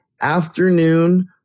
afternoon